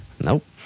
Nope